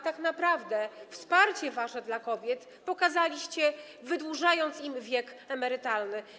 Tak naprawdę wsparcie wasze dla kobiet pokazaliście, podwyższając im wiek emerytalny.